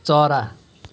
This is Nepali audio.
चरा